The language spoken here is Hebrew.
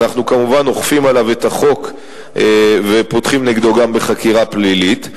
אנחנו כמובן אוכפים עליו את החוק ופותחים נגדו גם בחקירה פלילית,